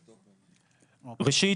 ראשית,